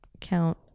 count